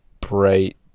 bright